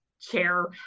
chair